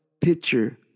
picture